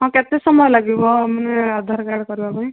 ହଁ କେତେ ସମୟ ଲାଗିବ ମାନେ ଆଧାର କାର୍ଡ଼ କରିବା ପାଇଁ